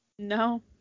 No